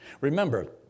Remember